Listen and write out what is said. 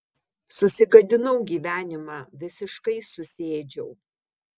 susigadinau gyvenimą visiškai susiėdžiau